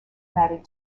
added